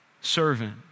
servant